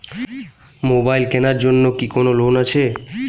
Mobile কেনার জন্য কি কোন লোন আছে?